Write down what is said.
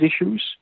issues